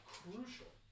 crucial